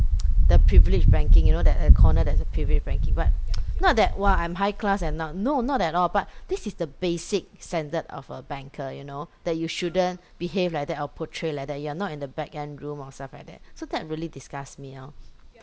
the privilege banking you know that a corner there's a privilege banking but not that !wah! I'm high class I'm not no not at all but this is the basic standard of a banker you know that you shouldn't behave like that or portray like that you are not in the back end room or stuff like that so that really disgust me orh